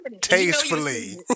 Tastefully